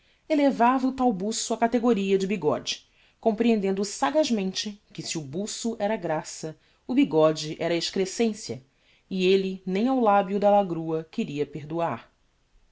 elevava o tal buço á cathegoria de bigode comprehendendo sagazmente que se o buço era graça o bigode era excrescencia e elle nem ao labio da lagrua queria perdoar